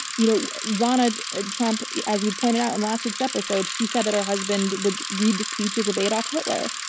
you know ivana ah trump, as we pointed out in last week's episode, she said that her husband would read the speeches of adolf hitler.